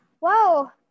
Wow